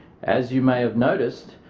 as you may have noticed,